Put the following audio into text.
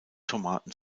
tomaten